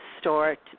start